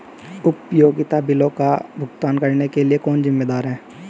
उपयोगिता बिलों का भुगतान करने के लिए कौन जिम्मेदार है?